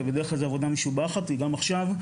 ובדרך כלל זאת עבודה משובחת וכך גם עכשיו.